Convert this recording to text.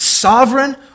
Sovereign